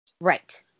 Right